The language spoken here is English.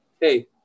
Hey